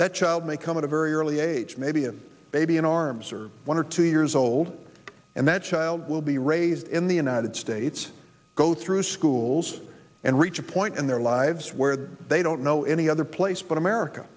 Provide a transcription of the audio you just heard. that child may come at a very early age maybe a baby in arms or one or two years old and that child will be raised in the united states go through schools and reach a point in their lives where they don't know any other place but america